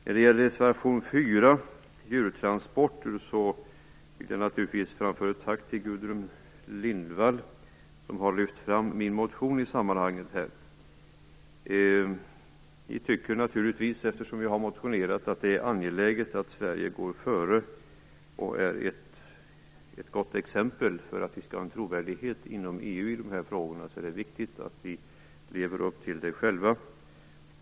När det gäller reservation 4, djurtransporter, vill jag naturligtvis framföra ett tack till Gudrun Lindvall, som har lyft fram min motion i det sammanhanget. Vi tycker naturligtvis, eftersom vi har motionerat, att det är angeläget att Sverige går före och är ett gott exempel. För att vi i Sverige skall ha trovärdighet i de här frågorna inom EU är det viktigt att vi lever upp till detta själva.